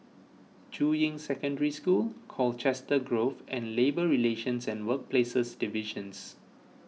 Juying Secondary School Colchester Grove and Labour Relations and Workplaces Divisions